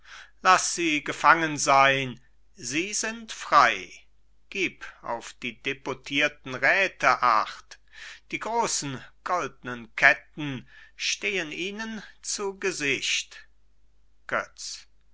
laß sie gefangen sein sie sind frei gib auf die deputierten räte acht die großen goldnen ketten stehen ihnen zu gesicht götz